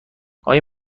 آیا